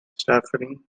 stephanie